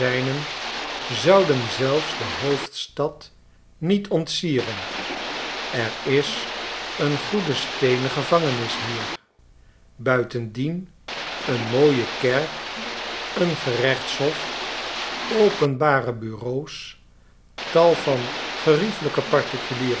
zouden zelfs de hoofdstadnietontsieren er is een goede steenen gevangenis hier buitendien een mooie kerk een gerechtshof openbare bureaux tal van geriefelijke particuliere